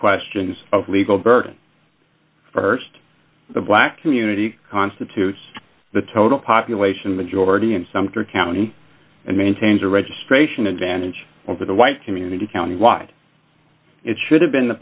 questions of legal version st the black community constitutes the total population majority in sumter county and maintains a registration advantage over the white community count why it should have been the